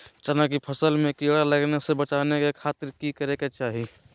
चना की फसल में कीड़ा लगने से बचाने के खातिर की करे के चाही?